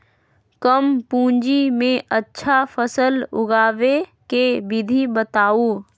कम पूंजी में अच्छा फसल उगाबे के विधि बताउ?